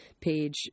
page